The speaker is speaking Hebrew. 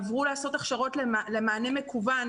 עברו לעשות הכשרות למענה מקוון,